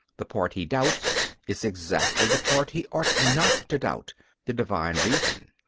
the part he doubts is exactly the part he ought not to doubt the divine reason.